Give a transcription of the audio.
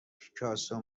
پیکاسو